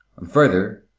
and further,